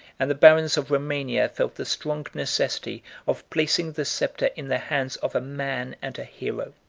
and the barons of romania felt the strong necessity of placing the sceptre in the hands of a man and a hero.